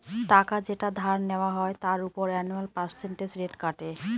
টাকা যেটা ধার নেওয়া হয় তার উপর অ্যানুয়াল পার্সেন্টেজ রেট কাটে